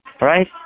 right